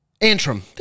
Antrim